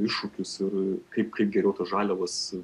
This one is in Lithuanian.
iššūkius ir kaip kaip geriau tas žaliavas